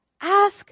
ask